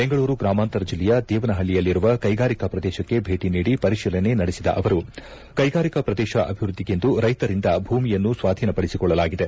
ಬೆಂಗಳೂರು ಗ್ರಾಮಾಂತರ ಜಿಲ್ಲೆಯ ದೇವನಪಳ್ಳಿಯಲ್ಲಿರುವ ಕೈಗಾರಿಕಾ ಪ್ರದೇಶಕ್ಕೆ ಭೇಟಿ ನೀಡಿ ಪರಿಶೀಲನೆ ನಡೆಸಿದ ಅವರು ಕೈಗಾರಿಕಾ ಪ್ರದೇಶ ಅಭಿವೃದ್ಧಿಗೆಂದು ರೈತರಿಂದ ಭೂಮಿಯನ್ನು ಸ್ವಾಧೀನಪಡಿಸಿಕೊಳ್ಳಲಾಗಿದೆ